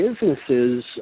businesses